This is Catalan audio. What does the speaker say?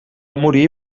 morir